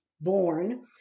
born